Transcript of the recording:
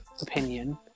opinion